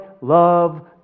love